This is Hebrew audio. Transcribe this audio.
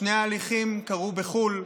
שני ההליכים קרו בחו"ל,